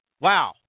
Wow